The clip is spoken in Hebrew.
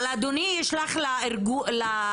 אבל אדוני ישלח לוועדה